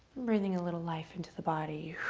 breathing a little life into the body.